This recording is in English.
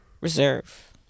reserve